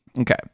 Okay